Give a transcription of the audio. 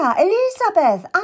Elizabeth